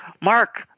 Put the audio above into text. Mark